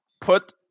Put